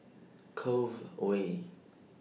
Cove Way